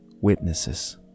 Witnesses